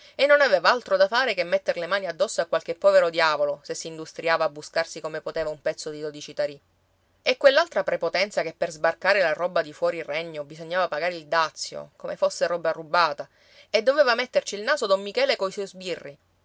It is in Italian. e non aveva altro da fare che metter le mani addosso a qualche povero diavolo se si industriava a buscarsi come poteva un pezzo di dodici tarì e quell'altra prepotenza che per sbarcare la roba di fuori regno bisognava pagare il dazio come fosse roba rubata e doveva metterci il naso don michele coi suoi sbirri